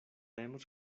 hemos